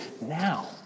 now